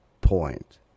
point